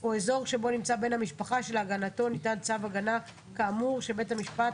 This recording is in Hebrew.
או אזור שבו נמצא המשפחה שלהגנתו ניתן צו הגנה כאמור שבית המשפט